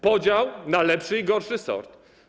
Podział na lepszy i gorszy sort.